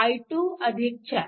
म्हणून i2 4